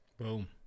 Boom